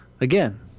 again